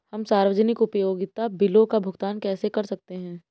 हम सार्वजनिक उपयोगिता बिलों का भुगतान कैसे कर सकते हैं?